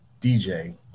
DJ